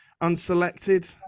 unselected